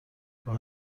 آخه